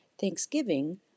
Thanksgiving